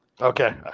Okay